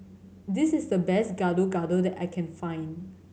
this is the best Gado Gado that I can find